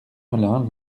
melun